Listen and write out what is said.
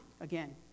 again